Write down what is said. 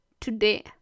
today